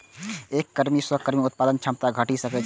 एकर कमी सं कार्य उत्पादक क्षमता घटि सकै छै